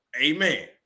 Amen